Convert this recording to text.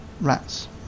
rats